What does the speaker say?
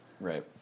right